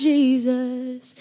Jesus